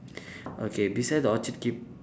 okay beside the orchard keep